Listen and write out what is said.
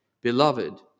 Beloved